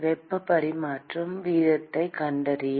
வெப்ப பரிமாற்ற வீதத்தைக் கண்டறிய